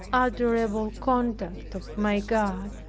adorable conduct of my god!